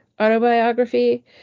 autobiography